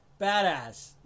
Badass